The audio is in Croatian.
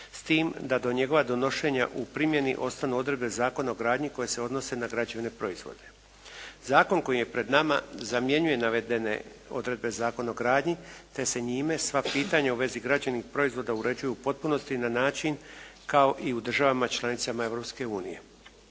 s tim da do njegova donošenja u primjeni ostanu odredbe Zakona o gradnji koji se odnose na građevne proizvode. Zakon koji je pred nama zamjenjuje navedene odredbe Zakona o gradnji te se njime sva pitanja u vezi građevnih proizvoda uređuje u potpunosti i na način kao i u državama članicama